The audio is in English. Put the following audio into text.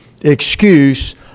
excuse